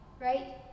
Right